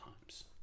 times